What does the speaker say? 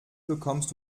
bekommst